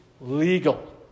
legal